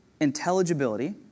Intelligibility